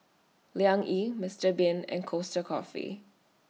Liang Yi Mister Bean and Costa Coffee